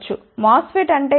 MOSFET అంటే ఏమిటి